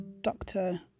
Doctor